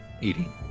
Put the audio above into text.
Eating